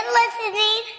listening